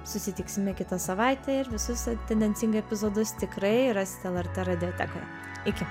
susitiksime kitą savaitę ir visus tendencingai epizodus tikrai rasit lrt radiotekoje iki